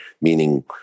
meaning